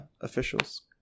officials